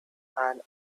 and